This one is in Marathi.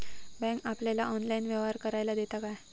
बँक आपल्याला ऑनलाइन व्यवहार करायला देता काय?